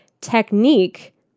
technique